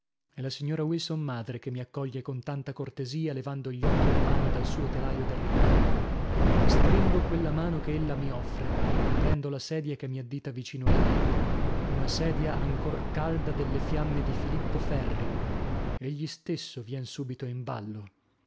è la signora wilson madre che mi accoglie con tanta cortesia levando gli occhi e la mano dal suo telaio da ricamo stringo quella mano che ella mi offre e prendo la sedia che mi addita vicino a lei una sedia ancor calda delle fiamme di filippo ferri egli stesso vien subito in ballo